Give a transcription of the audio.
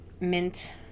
mint